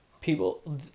people